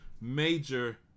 major